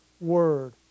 Word